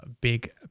Big